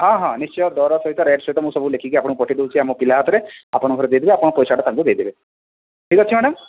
ହଁ ହଁ ନିଶ୍ଚୟ ଦର ସହିତ ରେଟ ସହିତ ମୁଁ ସବୁ ଲେଖିକି ଆପଣଙ୍କୁ ପଠେଇ ଦେଉଛି ଆମ ପିଲା ହାତରେ ଆପଣଙ୍କ ଘରେ ଦେଇ ଦେବେ ଆପଣ ପଇସାଟା ତାଙ୍କୁ ଦେଇଦେବେ ଠିକ ଅଛି ମ୍ୟାଡ଼ାମ